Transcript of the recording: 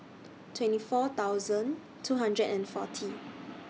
twenty four thousand two hundred and forty